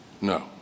No